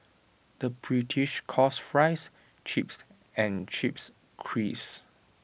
the British calls Fries Chips and Chips Crisps